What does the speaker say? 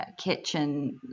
kitchen